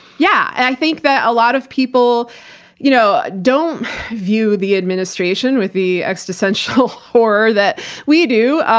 yeah, and i think that a lot of people you know don't view the administration with the existential horror that we do.